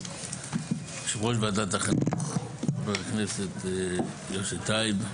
יושב ראש ועדת החינוך חבר הכנסת יוסי טייב,